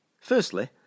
Firstly